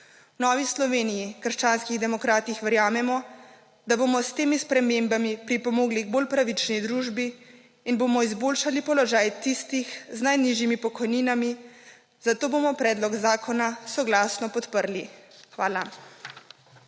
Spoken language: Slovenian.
Novi Sloveniji – krščanskih demokratih verjamemo, da bomo s temi spremembami pripomogli k bolj pravični družbi in bomo izboljšali položaj tistih z najnižjimi pokojninami, zato bomo predlog zakona soglasno podprli. Hvala.